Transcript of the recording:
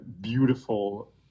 beautiful